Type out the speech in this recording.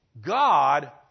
God